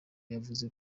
yavuze